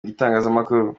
itangazamakuru